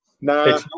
No